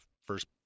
first